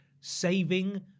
saving